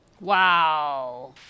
Wow